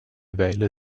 weile